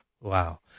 Wow